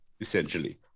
essentially